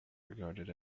regarded